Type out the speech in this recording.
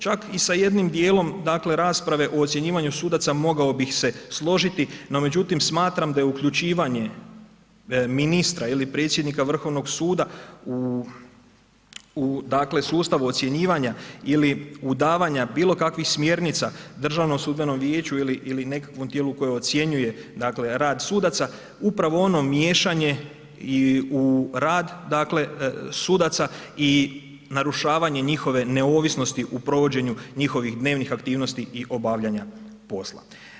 Čak i sa jednim dijelom dakle rasprave o ocjenjivanju sudaca mogao bih se složiti, no međutim smatram da je uključivanje ministra ili predsjednika Vrhovnog suda u dakle sustavu ocjenjivanja ili u davanja bilo kakvih smjernica DSV ili nekakvom tijelu koje ocjenjuje dakle rad sudaca, upravo ono miješanje i u rad dakle sudaca i narušavanje njihove neovisnosti u provođenju njihovih dnevnih aktivnosti i obavljanja posla.